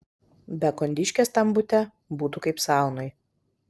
be kondiškės tam bute būtų kaip saunoj